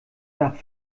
nach